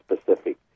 specific